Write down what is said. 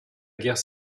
guerre